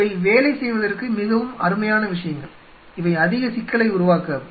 இவை வேலை செய்வதற்கு மிகவும் அருமையான விஷயங்கள் இவை அதிக சிக்கலை உருவாக்காது